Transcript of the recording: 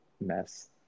mess